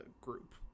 group